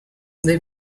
they